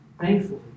Thankfully